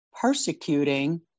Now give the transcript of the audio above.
persecuting